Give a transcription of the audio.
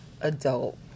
adult